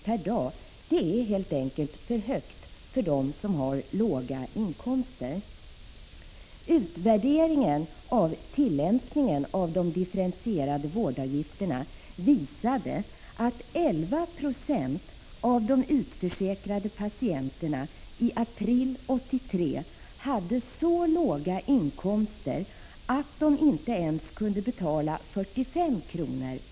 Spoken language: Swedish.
per dag är för hög för dem som har låga inkomster. Utvärderingen av tillämpningen av de differentierade vårdavgifterna visade att 11 96 av de utförsäkrade patienterna i april 1983 hade så låga inkomster att de inte ens kunde betala 45 kr.